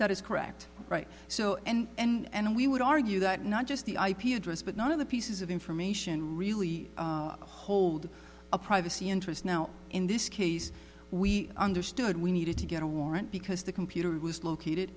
that is correct right so and we would argue that not just the ip address but none of the pieces of information really hold a privacy interest now in this case we understood we needed to get a warrant because the computer was located